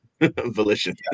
volition